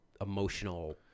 emotional